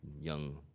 young